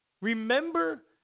Remember